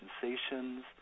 sensations